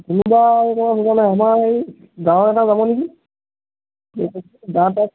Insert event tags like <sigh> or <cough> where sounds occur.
<unintelligible> ডাঙৰ এটা যাব নেকি <unintelligible>